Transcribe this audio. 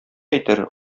әйтер